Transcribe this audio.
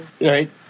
right